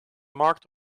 markt